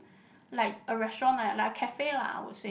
like a restaurant like like a cafe lah I would say